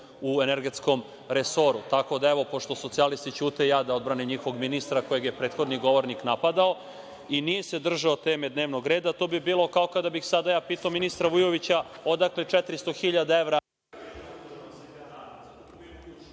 u energetskom resoru. Tako da, evo, pošto socijalisti ćute, ja da odbranim njihovog ministra kojeg je prethodni govornik napadao i nije se držao teme dnevnog reda. To bi bilo kao kada bih ja sada pitao ministra Vujovića odakle 400.000 evra…